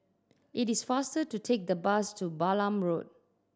it is faster to take the bus to Balam Road